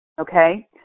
Okay